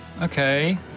Okay